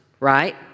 right